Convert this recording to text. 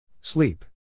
Sleep